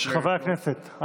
חברי הכנסת,